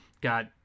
got